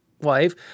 wife